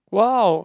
wow